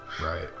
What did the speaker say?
Right